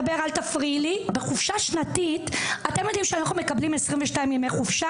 בחופשה השנתית אנחנו מקבלות 22 ימי חופשה